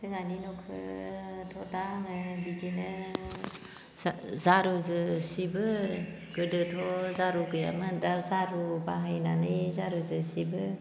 जोंहानि न'खोथ' दा आङो बिदिनो जारुजो सिबो गोदोथ' जारुबो गैयामोन दा जारु बाहायनानै जारुजो सिबो